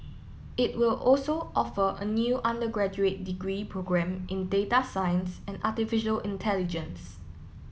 it will also offer a new undergraduate degree programme in data science and artificial intelligence